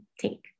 take